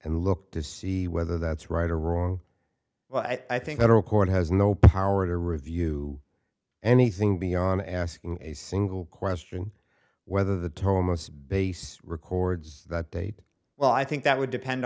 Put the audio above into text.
and look to see whether that's right or wrong well i think that record has no power to review anything beyond asking a single question whether the toll most base records that date well i think that would depend